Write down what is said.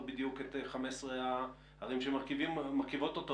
בדיוק את 15 הערים שמרכיבות את הפורום,